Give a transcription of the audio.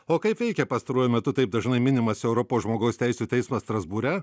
o kaip veikia pastaruoju metu taip dažnai minimas europos žmogaus teisių teismas strasbūre